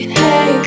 hey